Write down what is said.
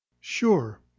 Sure